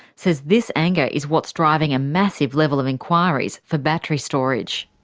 says this anger is what's driving a massive level of enquiries for battery storage.